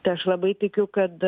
tai aš labai tikiu kad